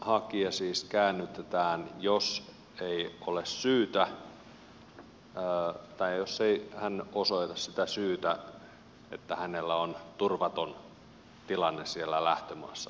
turvapaikanhakija siis käännytetään jos ei ole syytä tai jos ei hän osoita sitä syytä että hänellä on turvaton tilanne siellä lähtömaassaan eikö niin